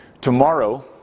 tomorrow